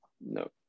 No